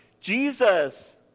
Jesus